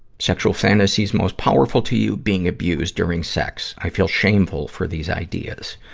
sexual fantasies most powerful to you being abused during sex. i feel shameful for these ideas.